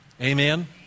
Amen